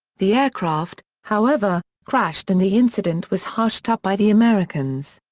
the aircraft, however, crashed and the incident was hushed up by the americans.